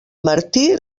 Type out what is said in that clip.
martí